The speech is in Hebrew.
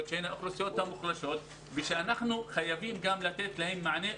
שהן האוכלוסיות המוחלשות ושאנחנו חייבים לתת גם להן מענה.